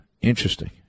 Interesting